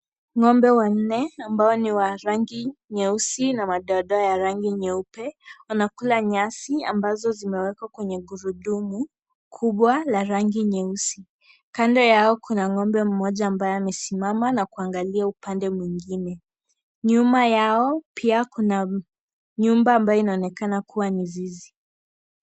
Ng'ombe wanne ambao ni wa rangi nyeusi na madoadoa ya rangi nyeupe wanakula nyasi ambazo zimewekwa kwenye gurudumu kubwa la rangi nyeusi . Kando yao kuna ng'ombe ,mmoja ambaye amesimama na kuangalia upande mwingine . Nyuma yao pia kuna nyumba ambayo inaonekana kuwa ni zizi.